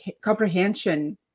comprehension